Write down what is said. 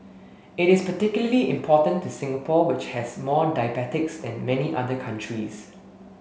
it is particularly important to Singapore which has more diabetics than many other countries